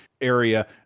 area